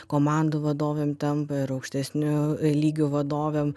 komandų vadovėm tampa ir aukštesniu lygiu vadovėm